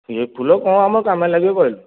ଏ ଫୁଲ କ'ଣ ଆମର କାମରେ ଲାଗିବ କହିଲୁ